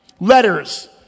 Letters